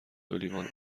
لیوان